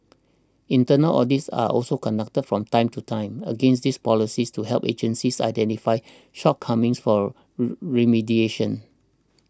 internal audits are also conducted from time to time against these policies to help agencies identify shortcomings for remediation